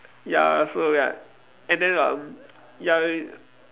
ya so ya and then um ya y~